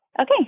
Okay